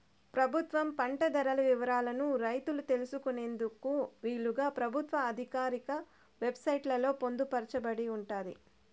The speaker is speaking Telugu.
ప్రభుత్వం పంట ధరల వివరాలను రైతులు తెలుసుకునేందుకు వీలుగా ప్రభుత్వ ఆధికారిక వెబ్ సైట్ లలో పొందుపరచబడి ఉంటాది